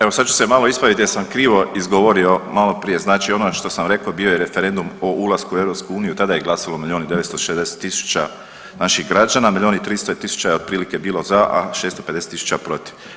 Evo sad ću se malo ispravit jer sam krivo izgovorio maloprije, znači ono što sam rekao bio je referendum o ulasku u EU, tada je glasalo milijun i 960 tisuća naših građana, milijun i 300 je tisuća otprilike bilo za, a 650 tisuća protiv.